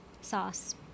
sauce